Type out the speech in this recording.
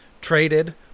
traded